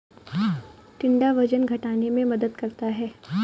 टिंडा वजन घटाने में मदद करता है